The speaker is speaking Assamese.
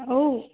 ঔ